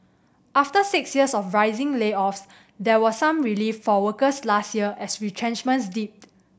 after six years of rising layoffs there was some relief for workers last year as retrenchments dipped